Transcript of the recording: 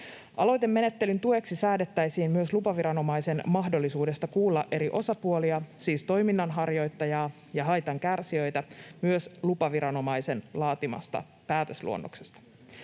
Aloitemenettelyn tueksi säädettäisiin myös lupaviranomaisen mahdollisuudesta kuulla eri osapuolia, siis toiminnanharjoittajaa ja haitankärsijöitä, myös lupaviranomaisen laatimasta päätösluonnoksesta.